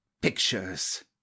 pictures